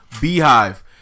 Beehive